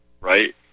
right